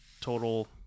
Total